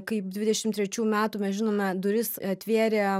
kaip dvidešimt trečių metų mes žinome duris atvėrė